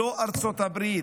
לא ארצות הברית,